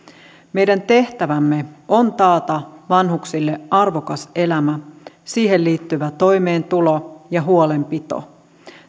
meidän tehtävämme on taata vanhuksille arvokas elämä siihen liittyvä toimeentulo ja huolenpito